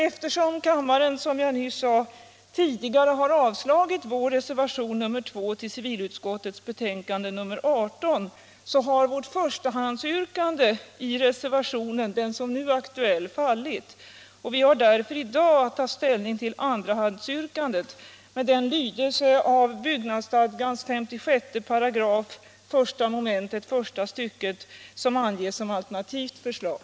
Eftersom kammaren, som jag nyss sade, tidigare har avslagit vår reservation 2 vid civilutskottets betänkande nr 18, har vårt förstahandsyrkande i den nu aktuella reservationen fallit. Vi har därför i dag att ta ställning till andrahandsyrkandet med den lydelse av byggnadsstadgans 56 § I mom. första stycket som anges som alternativt förslag.